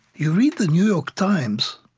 you read the new york times,